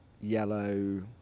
yellow